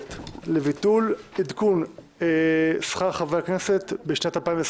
הכנסת לביטול עדכון שכר חברי הכנסת בשנת 2021